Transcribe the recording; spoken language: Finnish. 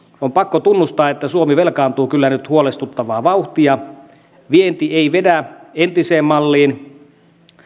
on pakko tunnustaa että suomi velkaantuu kyllä nyt huolestuttavaa vauhtia vienti ei vedä entiseen malliin